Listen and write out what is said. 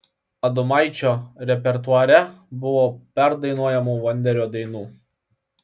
adomaičio repertuare buvo perdainuojamų vonderio dainų